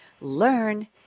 Learn